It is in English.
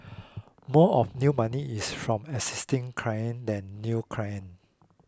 more of new money is from existing clients than new clients